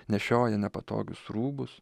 nešioja nepatogius rūbus